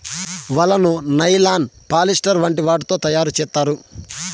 వలను nylon, polyester వంటి వాటితో తయారు చేత్తారు